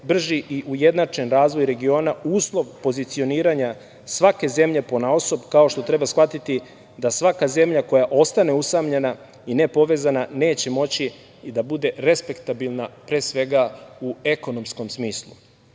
brži i ujednačen razvoj regiona uslov pozicioniranja svake zemlje ponaosob, kao što treba shvatiti da svaka zemlja koja ostane usamljena i nepovezana neće moći da bude respektabilna, pre svega u ekonomskom smislu. Danas